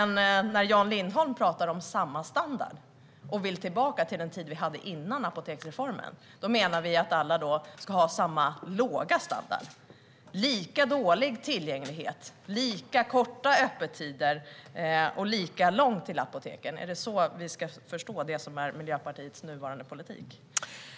När Jan Lindholm pratar om samma standard och vill tillbaka till den tid vi hade före apoteksreformen, menar han då att alla ska ha samma låga standard, lika dålig tillgänglighet, lika korta öppettider och lika långt till apoteken? Är det så vi ska förstå Miljöpartiets nuvarande politik?